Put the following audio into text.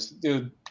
Dude